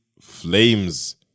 flames